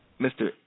Mr